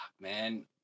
man